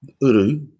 Uru